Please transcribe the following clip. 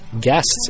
guests